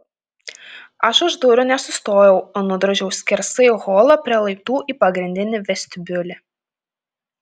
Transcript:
aš už durų nesustojau o nudrožiau skersai holą prie laiptų į pagrindinį vestibiulį